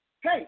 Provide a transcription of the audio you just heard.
Hey